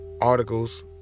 articles